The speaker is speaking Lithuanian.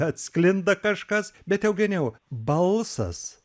atsklinda kažkas bet eugenijau balsas